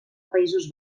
països